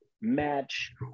match